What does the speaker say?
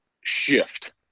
shift